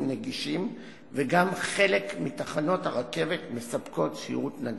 נגישים וגם חלק מתחנות הרכבת מספקות שירות נגיש.